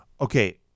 Okay